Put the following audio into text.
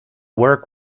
work